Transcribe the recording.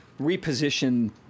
reposition